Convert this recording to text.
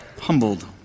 humbled